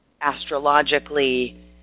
astrologically